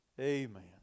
Amen